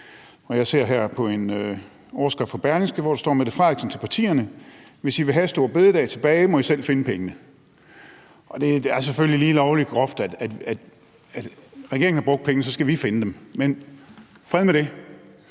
Jeg ser her på en overskrift fra Berlingske, hvor der står: »Mette Frederiksen til partierne: Hvis I vil have store bededag tilbage, må I finde pengene«. Det er selvfølgelig lige lovlig groft, at regeringen har brugt pengene, og at så skal vi finde dem, men fred være med det.